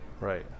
Right